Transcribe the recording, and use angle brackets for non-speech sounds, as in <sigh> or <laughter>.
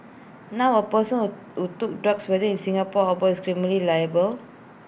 now A person <hesitation> who took drugs whether in Singapore or abroad is criminally liable